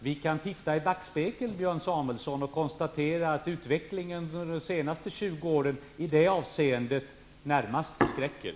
Vi kan titta i backspegeln, Björn Samuelson, och konstatera att utvecklingen under de senaste 20 åren i det avseendet närmast förskräcker.